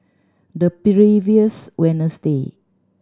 the previous Wednesday